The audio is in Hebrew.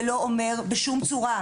זה לא אומר בשום צורה,